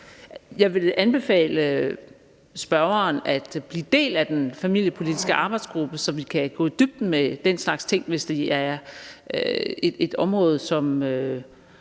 jeg vil anbefale spørgeren at blive del af den familiepolitiske arbejdsgruppe, så vi kan gå i dybden med den slags ting, hvis det er et område, som